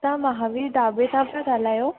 तव्हां महावीर ढाबे तां था ॻाल्हायो